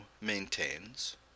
maintains